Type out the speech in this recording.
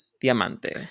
Diamante